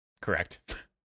Correct